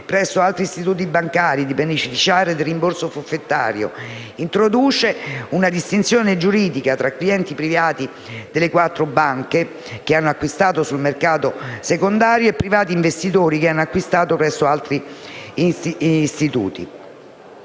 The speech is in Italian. presso altri istituti bancari di beneficiare del rimborso forfettario, introducendo una distinzione giuridica tra clienti privati delle quattro banche che hanno acquistato sul mercato secondario e privati investitori che hanno acquistato presso altri istituti